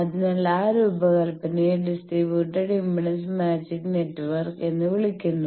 അതിനാൽ ആ രൂപകൽപ്പനയെ ഡിസ്ട്രിബ്യൂട്ടഡ് ഇംപെഡൻസ് മാച്ചിംഗ് നെറ്റ്വർക്ക് എന്ന് വിളിക്കുന്നു